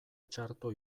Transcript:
txarto